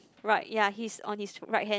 right ya he's on his right hand